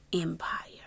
empire